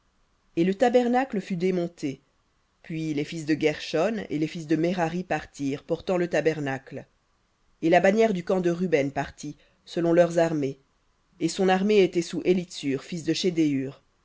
et le tabernacle fut démonté puis les fils de guershon et les fils de merari partirent portant le tabernacle et la bannière du camp de ruben partit selon leurs armées et son armée était sous élitsur fils de shedéur et